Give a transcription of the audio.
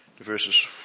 verses